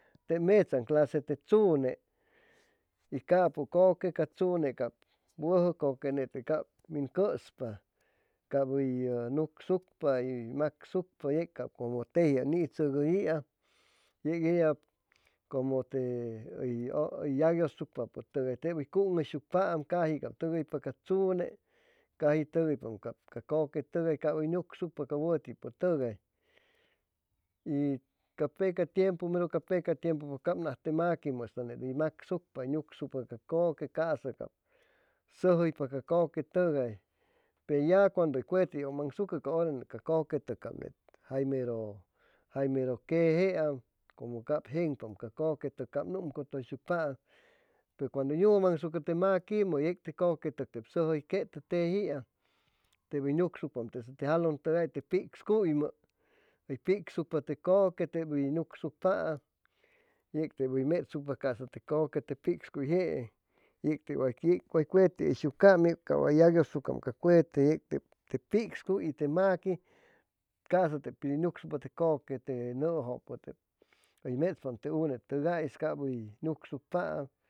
Te mechaŋ clase te chune y capo koque ca chune cap wʉjo koque nete cap min cʉʉspa cap hʉy yo nucsucpa hʉy macsucpa ye cap como tejiam nichʉgʉiam yec ella como te yacyʉsucpapʉtʉgay tep hʉy cuŋhʉysucpaam caji cap togoypaam ca chune caji togoypaam cap ca koquetoga y cap hʉy nucsucpa wʉtipʉtʉgayy ca pea tiempu mero cap naj te maquimo hʉy macsucpa hʉy nucsucpa ca kʉque caasa cap sʉjʉypa ca kʉquetʉgay pe ya cuando hʉy cuete hʉymaŋsucʉ ca hora ne ca kʉquetʉg jay mero jay mero quejeamcomo cap jeŋpaamca kʉquetʉg cap nicʉtʉyshucpaampe cuando hʉy nugʉmaŋsucʉ te maquimʉte kʉquetʉg sʉjʉyquetʉ tejiam tep hʉy nucsucpaam te jaloŋ togais te picscuymʉ hʉy pigsucpa te kʉque tep hʉy nucsucpaam yec tep hʉy mechsucpa casa te kʉque te pigscuy jeen yec tep way cuete hʉysucaam yep ca wat yagyʉsucaam cuete yc te picscuy y te maqui caasa te pid hʉy nucsucpa te kʉquete noojopo tep hʉy mechpaam te unetʉgais cap hʉy nucsucpaam